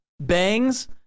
bangs